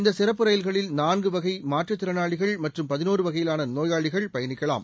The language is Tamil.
இந்த சிறப்பு ரயில்களில் நான்கு வகை மாற்றுத் திறனாளிகள் மற்றும் பதினொரு வகையிலான நோயாளிகள் பயணிக்கலாம்